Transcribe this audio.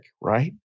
right